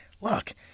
look